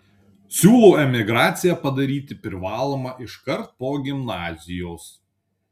siūlau emigraciją padaryti privalomą iškart po gimnazijos